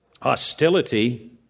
hostility